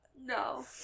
no